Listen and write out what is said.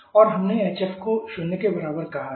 TE और हमने hf को शून्य के बराबर कहा है